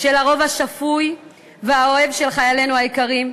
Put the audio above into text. של הרוב השפוי והאוהב של חיילינו היקרים,